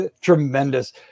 tremendous